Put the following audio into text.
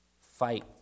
Fight